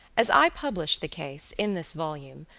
as i publish the case, in this volume,